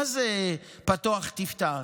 מה זה "פתוח תפתח"?